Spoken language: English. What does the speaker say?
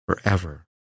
forever